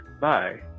Bye